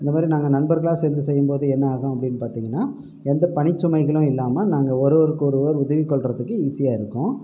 இந்தமாதிரி நாங்கள் நண்பர்களாக சேர்ந்து செய்யும்போது என்ன ஆகும் அப்படின்னு பார்த்தீங்கன்னா எந்த பணிச்சுமைகளும் இல்லாமல் நாங்கள் ஒருவருக்கு ஒருவர் உதவி கொள்கிறதுக்கு ஈஸியாக இருக்கும்